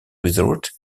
resort